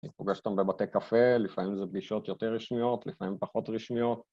אני פוגש אותם בבתי קפה, לפעמים זה פגישות יותר רשמיות, לפעמים פחות רשמיות.